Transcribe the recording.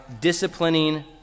disciplining